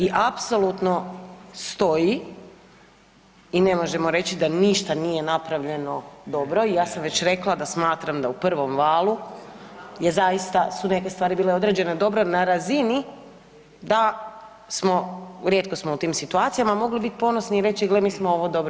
I apsolutno stoji i ne možemo reći da ništa nije napravljeno dobro i ja sam već rekla da smatram da u prvom valu je zaista su neke stvari bile određene dobre na razini da smo, rijetko smo u tim situacijama, mogli biti ponosni i reći gle mi smo ovo dobro